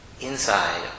inside